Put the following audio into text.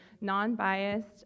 non-biased